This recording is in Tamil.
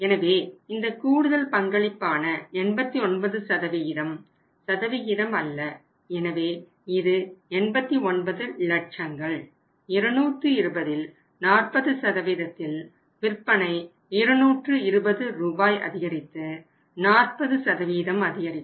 எனவே இந்த கூடுதல் பங்களிப்பான 89 சதவிகிதம் அல்ல எனவே இது 89 லட்சங்கள் 220ல் 40 இல் விற்பனை 220 ரூபாய் அதிகரித்து 40 அதிகரிக்கும்